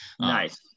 Nice